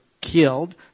killed